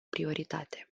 prioritate